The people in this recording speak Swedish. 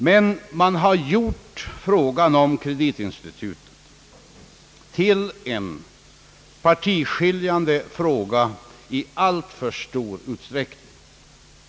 Men man har gjort frågan om kreditinstitutet till en partiskiljande fråga i alltför stor utsträckning.